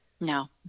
No